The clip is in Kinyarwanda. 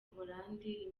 buholandi